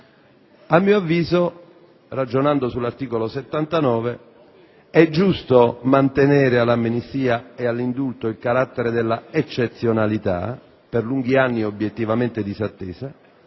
A mio avviso, ragionando sull'articolo 79, è giusto mantenere all'amnistia e all'indulto il carattere della eccezionalità, per lunghi anni obiettivamente disattesa,